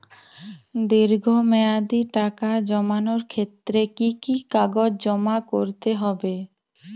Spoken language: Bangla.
দীর্ঘ মেয়াদি টাকা জমানোর ক্ষেত্রে কি কি কাগজ জমা করতে হবে?